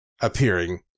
appearing